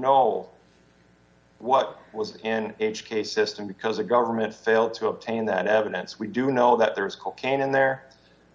know what was in h k system because the government failed to obtain that evidence we do know that there is cocaine in there